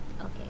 Okay